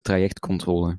trajectcontrole